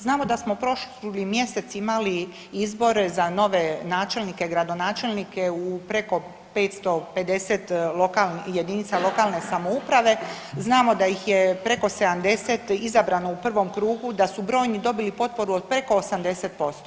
Znamo da smo prošli drugi mjesec imali izbore za nove načelnike, gradonačelnike u preko 550 jedinica lokalne samouprave, znamo da ih je preko 70 izabrano u prvom krugu, da su brojni dobili potporu od preko 80.